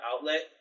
outlet